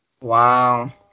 Wow